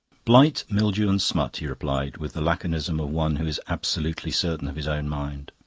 blight, mildew, and smut, he replied, with the laconism of one who is absolutely certain of his own mind.